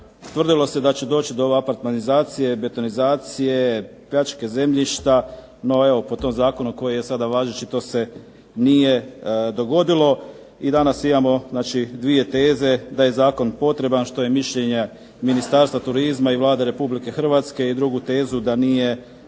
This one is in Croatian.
tvrdilo se da će doći do ove apartmanizacije i betonizacije, pljačke zemljišta, no evo po tom zakonu koji je sada važeći to se nije dogodilo. I danas imamo znači 2 teze, da je zakon potreban što je mišljenje Ministarstva turizma i Vlade RH i drugu tezu da nije potreban.